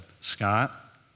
Scott